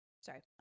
Sorry